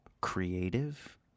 creative